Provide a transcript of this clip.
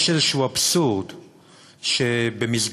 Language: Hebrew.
שיש איזשהו אבסורד שבמסגרתו,